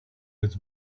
its